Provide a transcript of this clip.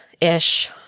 ish